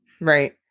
Right